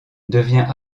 devient